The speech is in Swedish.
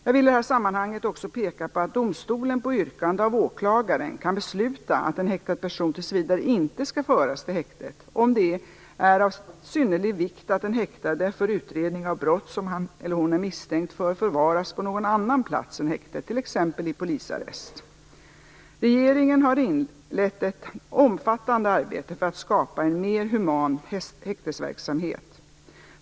Jag vill i detta sammanhang också peka på att domstolen på yrkande av åklagaren kan besluta att en häktad person tills vidare inte skall föras till häktet, om det är av synnerlig vikt att den häktade för utredning av brott som han eller hon är misstänkt för förvaras på någon annan plats än häktet, t.ex. i polisarrest. Regeringen har inlett ett omfattande arbete för att skapa en mer human häktesverksamhet.